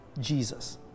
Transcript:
Jesus